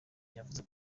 yavuze